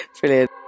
Brilliant